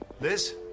Liz